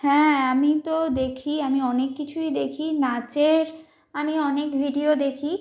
হ্যাঁ আমি তো দেখি আমি অনেক কিছুই দেখি নাচের আমি অনেক ভিডিও দেখি